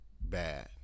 bad